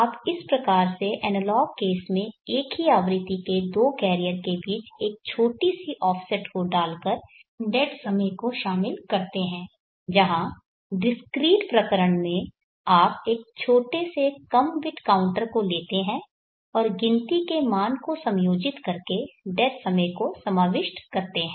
आप इस प्रकार से एनालॉग केस में एक ही आवृत्ति के दो कैरियर के बीच इस छोटी सी ऑफसेट को डाल कर डेड समय को शामिल करते हैं जहां डिस्क्रीट प्रकरण में आप एक छोटे से कम बिट काउंटर को लेते हैं और गिनती के मान को समायोजित करके डेड समय को समाविष्ट करते हैं